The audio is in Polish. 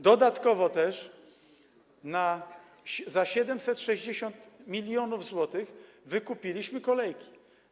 Dodatkowo też za 760 mln zł wykupiliśmy kolejki.